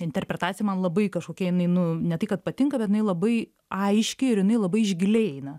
interpretacija man labai kažkokia jinai nu ne tai kad patinka bet jinai labai aiški ir jinai labai iš giliai eina